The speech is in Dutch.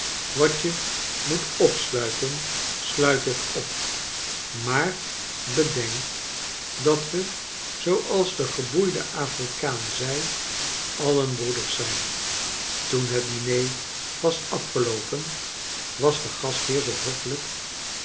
wat je moet opsluiten sluit het op maar bedenkt dat we zooals de geboeide afrikaan zei alien broeders zijn toen het diner was afgeloopen was de gastheer zoo hoffelijk